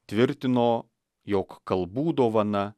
tvirtino jog kalbų dovana